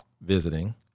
visiting